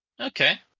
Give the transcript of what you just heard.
Okay